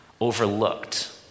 overlooked